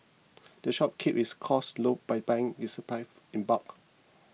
the shop keeps its costs low by buying its supplies in bulk